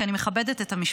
כי אני מכבדת את המשפחה,